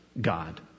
God